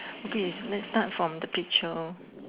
okay let's start from the picture lor